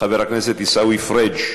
חבר הכנסת עיסאווי פריג'